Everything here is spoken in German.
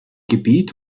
gebiet